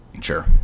sure